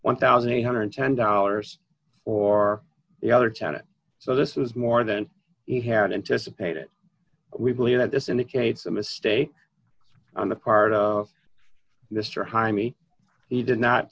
one thousand eight hundred and ten dollars for the other tenet so this is more than he had anticipated we believe that this indicates a mistake on the part of this or jaimie he did not